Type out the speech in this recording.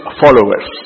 followers